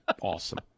awesome